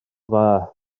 dda